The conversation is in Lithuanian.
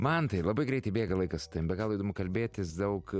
mantai labai greitai bėga laikas su tavim be galo įdomu kalbėtis daug